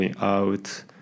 out